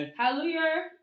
Hallelujah